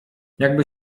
jakby